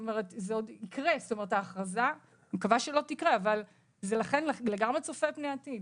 זה לגמרי צופה פני עתיד.